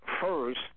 First